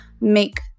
make